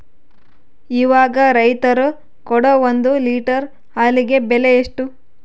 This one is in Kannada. ಇವಾಗ ರೈತರು ಕೊಡೊ ಒಂದು ಲೇಟರ್ ಹಾಲಿಗೆ ಬೆಲೆ ಎಷ್ಟು?